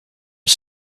are